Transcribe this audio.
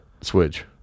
switch